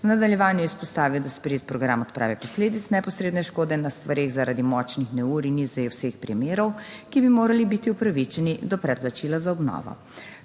V nadaljevanju je izpostavil, da je sprejet program odprave posledic neposredne škode na stvareh zaradi močnih neurij. Ni zajel vseh primerov, ki bi morali biti upravičeni do predplačila za obnovo.